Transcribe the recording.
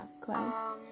Cloud